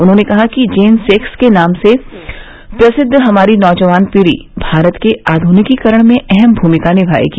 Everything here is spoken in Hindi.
उन्होंने कहा कि जेन नेक्स के नाम से प्रसिद्व हमारी नौजवान पीढ़ी भारत के आध्निकीकरण में अहम भूमिका निभाएगी